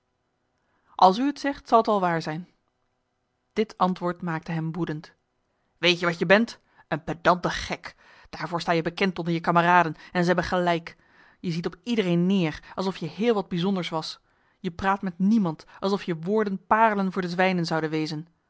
als u t zegt zal t wel waar zijn dit antwoord maakte hem woedend weet je wat je bent een pedante gek daarvoor sta je bekend onder je kameraden en ze hebben gelijk je ziet op iedereen neer alsof je heel wat bijzonders was je praat met niemand alsof je woorden parelen voor de zwijnen zouden wezen